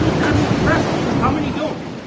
that's impressive. how many don't?